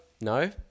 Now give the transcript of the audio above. No